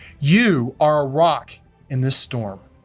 you are a rock in this storm!